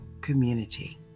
community